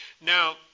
Now